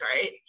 Right